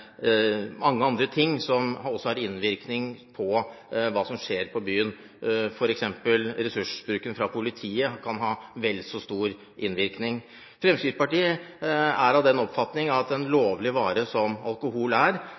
mange andre ting som også har innvirkning på hva som skjer på byen, f.eks. kan ressursbruken fra politiet ha vel så stor innvirkning. Fremskrittspartiet er av den oppfatning at en lovlig vare som alkohol skal og kan være tilgjengelig. Vi er